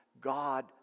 God